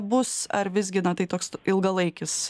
bus ar visgi tai toks ilgalaikis